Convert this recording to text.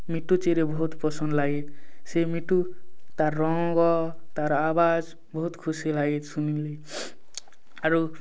ମିଟୁ ଚିରେ ବହୁତ ପସନ୍ଦ ଲାଗେ ସେ ମିଟୁ ତା'ର ରଙ୍ଗ ତା'ର ଆବାଜ ବହୁତ ଖୁସି ଲାଗେ ଶୁଣିଲି ଆରୁ